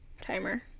timer